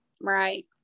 right